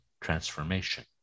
transformation